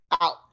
Out